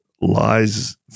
lies